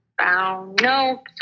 No